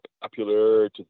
popular